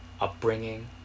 upbringing